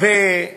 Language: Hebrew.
ואת